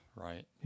Right